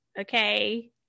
okay